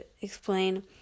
explain